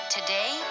Today